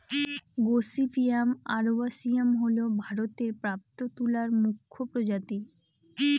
gossypium arboreum হল ভারতে প্রাপ্ত তুলার মুখ্য প্রজাতি